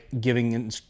giving